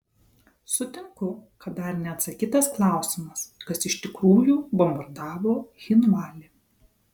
sutinku kad dar neatsakytas klausimas kas iš tikrųjų bombardavo cchinvalį